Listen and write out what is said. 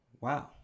Wow